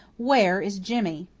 where is jimmy?